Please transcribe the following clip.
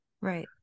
Right